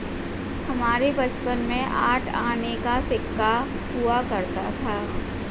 हमारे बचपन में आठ आने का सिक्का हुआ करता था